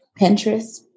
Pinterest